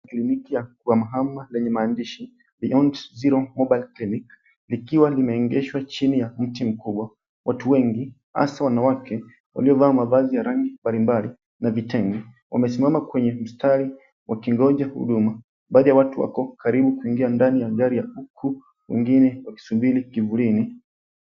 Kliniki ya kuhamahama yenye maandishi, beyond zero mobile clinic likiwa limeegeshwa chini ya mti mkubwa. Watu wengi hasa wanawake waliovaa mavazi ya rangi mbalimbali na vitenge, wamesimama kwenye mstari wakingoja huduma. Baadhi ya watu wako karibu kuingia ndani ya gari ya huku wengine wakisubiri kivulini.